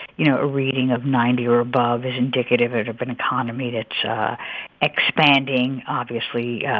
you know, a reading of ninety or above is indicative and of an economy that's expanding. obviously, yeah